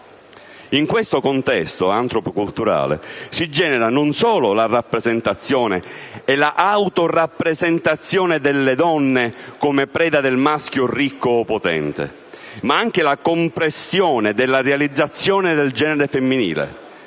In questo contesto antropo-culturale si genera non solo la rappresentazione e l'autorappresentazione delle donne come preda del maschio ricco o potente, ma anche la compressione della realizzazione del genere femminile.